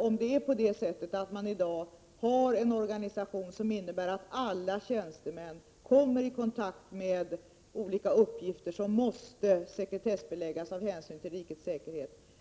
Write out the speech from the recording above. om det förhåller sig så att man i dag har en organisation som innebär att alla tjänstemän kommer i kontakt med olika uppgifter som måste sekretessbeläggas av hänsyn till rikets säkerhet.